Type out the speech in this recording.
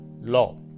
law